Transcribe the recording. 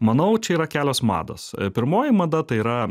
manau čia yra kelios mados pirmoji mada tai yra